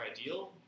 ideal